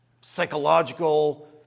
psychological